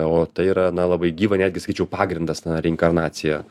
o tai yra na labai gyva netgi sakyčiau pagrindas na reinkarnacija